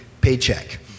paycheck